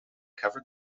cover